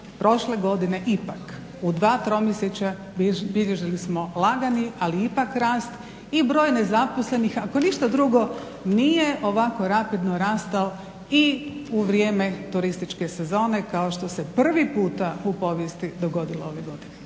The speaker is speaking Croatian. prošle godine ipak u dva tromjesečja bilježili smo lagani ali ipak rast i broj nezaposlenih ako ništa drugo nije ovako rapidno rastao i u vrijeme turističke sezone kao što se prvi puta u povijesti dogodilo ove godine.